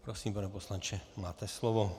Prosím, pane poslanče, máte slovo.